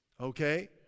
Okay